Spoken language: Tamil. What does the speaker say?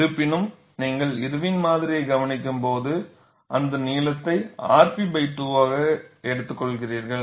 இருப்பினும் நீங்கள் இர்வின் மாதிரியை கவனிக்கும் போது அந்த நீளத்தை rp 2 ஆக எடுத்துக்கொள்கிறீர்கள்